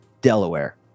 delaware